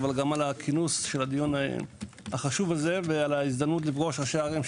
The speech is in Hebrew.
אבל גם על כינוס הדיון החשוב הזה ועל ההזדמנות לפגוש ראשי ערים,